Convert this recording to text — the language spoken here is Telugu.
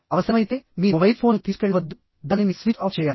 అవసరమైతే మీ మొబైల్ ఫోన్ను తీసుకెళ్లవద్దు దానిని స్విచ్ ఆఫ్ చేయాలి